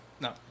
No